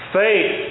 faith